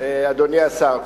אדוני השר,